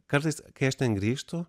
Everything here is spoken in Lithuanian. kartais kai aš ten grįžtu